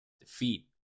defeat